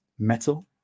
metal